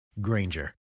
Granger